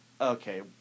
Okay